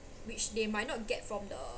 which they might not get from the